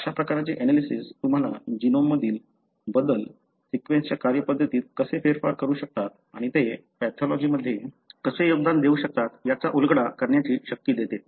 तर अशा प्रकारचे एनालिसिस तुम्हाला जीनोम मधील बदल जीन्सच्या कार्यपद्धतीत कसे फेरफार करू शकतात आणि ते पॅथॉलॉजीमध्ये कसे योगदान देऊ शकतात याचा उलगडा करण्याची शक्ती देते